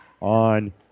on